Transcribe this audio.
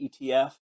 etf